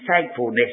thankfulness